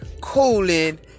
cooling